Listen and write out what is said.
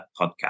podcast